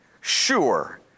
sure